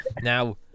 Now